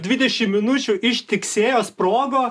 dvidešimt minučių ištiksėjo sprogo